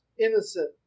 innocent